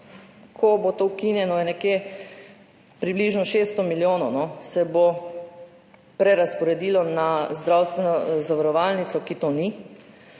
Ko bo to ukinjeno, se bo približno 600 milijonov prerazporedilo na zdravstveno zavarovalnico, ki to ni.